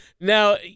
now